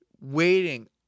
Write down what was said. waiting